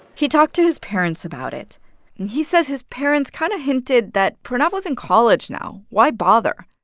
he talked to his parents about it, and he says his parents kind of hinted that pranav was in college now why bother?